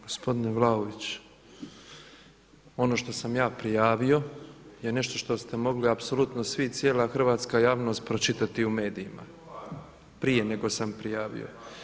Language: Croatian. Gospodine Vlaović, ono što sam ja prijavio je nešto što ste mogli apsolutno svi, cijela hrvatska javnost pročitati u medijima prije nego sam prijavio.